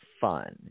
fun